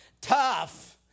tough